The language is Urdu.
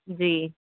جی